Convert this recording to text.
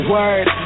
Word